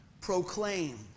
Proclaim